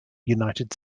united